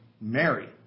Mary